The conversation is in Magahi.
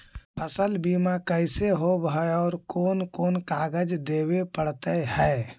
फसल बिमा कैसे होब है और कोन कोन कागज देबे पड़तै है?